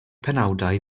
penawdau